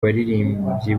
baririmbyi